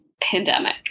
pandemic